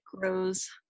grows